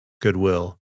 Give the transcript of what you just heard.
goodwill